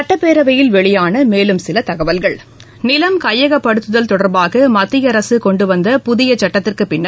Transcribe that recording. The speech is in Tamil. சட்டப்பேரவையில் வெளியான மேலும் சில தகவல்கள் நிலம் கையகப்படுத்துதல் தொடர்பாக மத்திய அரசு கொண்டு வந்த புதிய சட்டத்திற்குப்பின்னர்